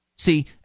See